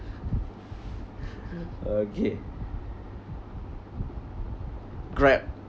okay Grab